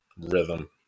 rhythm